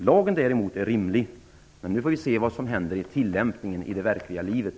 Lagen är däremot rimlig. Nu får vi se vad som händer vid tillämpningen i det verkliga livet.